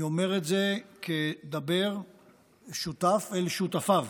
אני אומר את זה כדבֵּר שותף אל שותפיו.